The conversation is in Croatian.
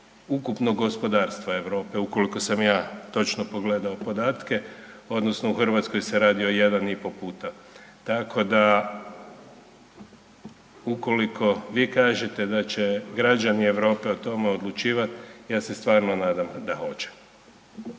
ukupnog gospodarstva Europe ukoliko sam ja točno pogledao podatke odnosno u Hrvatskoj se radi o 1,5 puta. Tako da ukoliko vi kažete da će građani Europe o tome odlučivati ja se stvarno nadam i da hoće.